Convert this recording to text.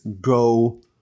Go